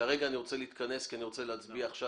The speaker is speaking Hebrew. כרגע אני רוצה להתכנס כי אני רוצה להצביע עכשיו